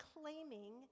claiming